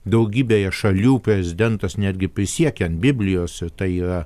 daugybėje šalių prezidentas netgi prisiekia ant biblijos ir tai yra